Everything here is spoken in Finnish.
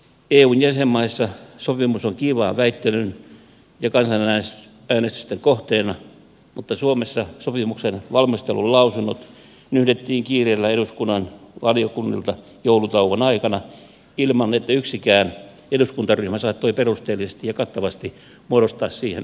eun jäsenmaissa sopimus on kiivaan väittelyn ja kansanäänestysten kohteena mutta suomessa sopimuksen valmistelulausunnot nyhdettiin kiireellä eduskunnan valiokunnilta joulutauon aikana ilman että yksikään eduskuntaryhmä saattoi perusteellisesti ja kattavasti muodostaa siihen kantansa